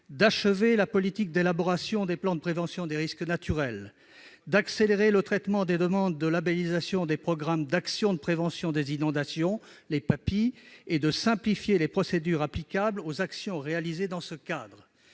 d'achever la politique d'élaboration des plans de prévention des risques naturels (PPRN) ; d'accélérer le traitement des demandes de labellisation des programmes d'actions de prévention des inondations (PAPI) et de simplifier les procédures applicables aux actions réalisées dans ce cadre